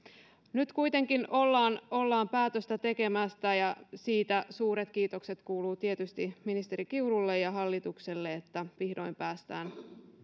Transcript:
nyt kuitenkin ollaan ollaan päätöstä tekemässä ja siitä suuret kiitokset kuuluvat tietysti ministeri kiurulle ja hallitukselle että vihdoin päästään